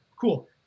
cool